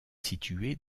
située